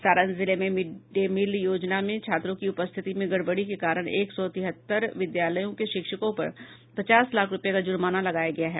सारण जिले में mid day meal योजना में छात्रों की उपस्थिति में गड़बड़ी के कारण एक सौ तिहत्तर विद्यालयों के शिक्षकों पर पचास लाख रूपये का जुर्माना लगाया गया है